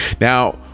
Now